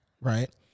right